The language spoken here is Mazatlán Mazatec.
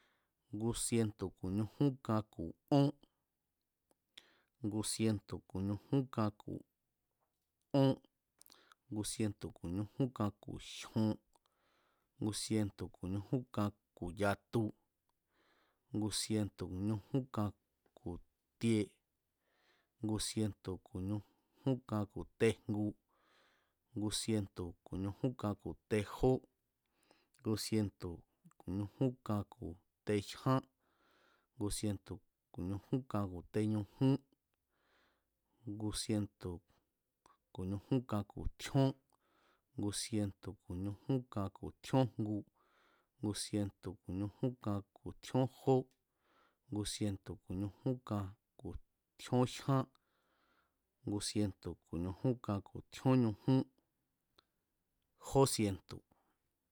Ngu sientu̱ ku̱ ñujún kan ku̱ jyon, ngu sinetu̱ ku̱ ñujún kan ku̱ yatu, ngu sientu̱ ku̱ ñujún kan ku̱ jin, ngu sientu̱ ku̱ ñujún kan ku̱ ñajan ngu sinetu̱ ku̱ ñujún kan ku̱ tie, ngu sientu̱ ku̱ ñujún kan ku̱ tejngu, ngu sientu̱ ku̱ ñujún kan ku̱ tejó, ngu sientu̱ ku̱ ñujún kan ku̱ tejyán, ngu sientu̱ ku̱ ñujún kan ku̱ teñujún, ngu sinetu̱ ku̱ ñujún kan ku̱ tjíón, ngu sientu̱ ku̱ ñujún kan ku̱ tjíónjngu, ngu sientu̱ ku̱ ñujún kan ku̱ tjión jó, ngu sientu̱ ku̱ ñujún kan ku̱ tjíón jyán, ngu sientu̱ ku̱ ñujún kan ku̱ tjíón ñujún, jó sientu̱.